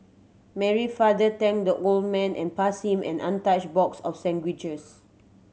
Mary father thanked the old man and passed him an untouched box of sandwiches